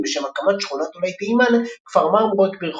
לשם הקמת שכונת עולי תימן - כפר מרמורק ברחובות.